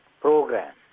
program